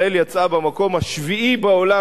ישראל יצאה במקום השביעי בעולם,